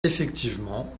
effectivement